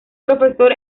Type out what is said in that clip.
profesor